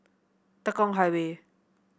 Tekong Highway